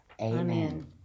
Amen